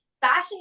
fashion